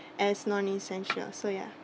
as non essential so ya